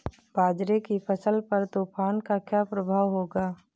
बाजरे की फसल पर तूफान का क्या प्रभाव होगा?